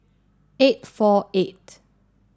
eight four eight